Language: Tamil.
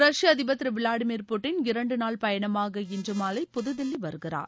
ரஷ்ய அதிபர் திரு விளாடி மீர் புட்டின் இரண்டுநாள் பயணமாக இன்று மாலை புதுதில்லி வருகிறார்